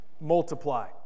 multiply